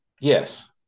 Yes